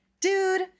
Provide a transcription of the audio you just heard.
dude